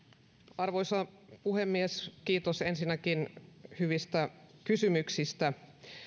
arvoisa puhemies kiitos ensinnäkin hyvistä kysymyksistä